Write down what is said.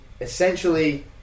Essentially